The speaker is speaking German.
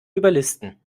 überlisten